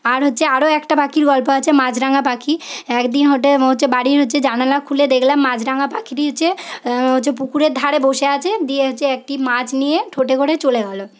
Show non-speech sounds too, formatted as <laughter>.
আর হচ্ছে আরও একটা পাখির গল্প আছে মাছরাঙা পাখি একদিন <unintelligible> হচ্ছে বাড়ির হচ্ছে জানালা খুলে দেখলাম মাছরাঙা পাখিটি হচ্ছে হচ্ছে পুকুরের ধারে বসে আছে দিয়ে হচ্ছে একটি মাছ নিয়ে ঠোঁটে করে চলে গেল